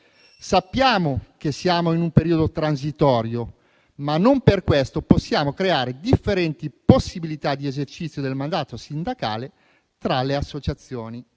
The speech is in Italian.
Sappiamo che siamo in un periodo transitorio, ma non per questo possiamo creare differenti possibilità di esercizio del mandato sindacale tra le associazioni.